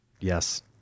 Yes